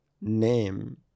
name